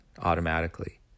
automatically